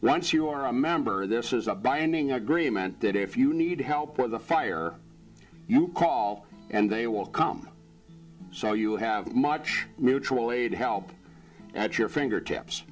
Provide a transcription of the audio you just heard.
once you are a member this is a binding agreement that if you need help or the fire you call and they will come so you have much mutual aid help at your fingertips